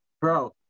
Bro